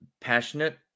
passionate